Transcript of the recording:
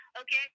Okay